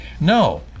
No